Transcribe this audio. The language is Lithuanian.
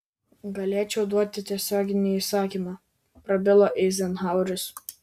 galėčiau duoti tiesioginį įsakymą prabilo eizenhaueris